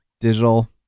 digital